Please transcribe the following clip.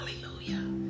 Hallelujah